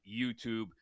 YouTube